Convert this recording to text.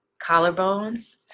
Collarbones